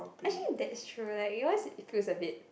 actually that's true like to be honest it feels a bit